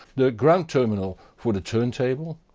the ground terminal for the turntable,